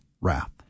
wrath